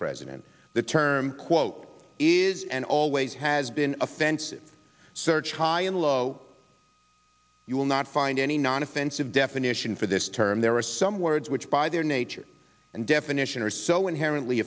president the term quote is and always has been offensive search high and low you will not find any non offensive definition for this term there are some words which by their nature and definition are so inherently